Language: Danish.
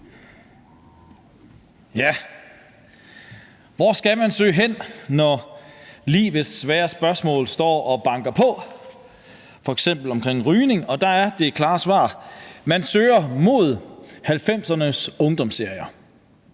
Tak. Hvor skal man søge hen, når livets svære spørgsmål står og banker på, f.eks. omkring rygning? Der er det klare svar: Man søger mod 1990'ernes ungdomsserier.